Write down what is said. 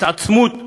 להתעצמות צבאית.